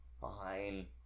Fine